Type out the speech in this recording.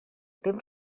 temps